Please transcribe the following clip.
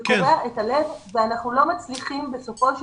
זה קורע את הלב ואנחנו לא מצליחים בסופו של